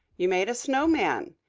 you made a snow man.